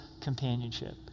companionship